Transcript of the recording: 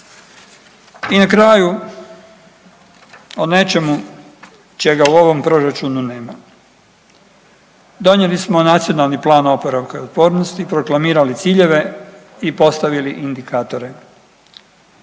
I na kraju o nečemu čega u ovom proračunu nema. Donijeli smo NPOO, proklamirali ciljeve i postavili indikatore.